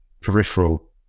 peripheral